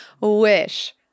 wish